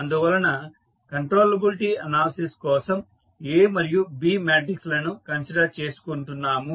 అందువలన controllability analysis కోసం A మరియు B మాట్రిక్స్ లను కన్సిడర్ చేసుకుంటున్నాము